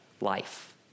life